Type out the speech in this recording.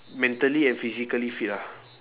mentally and physically fit ah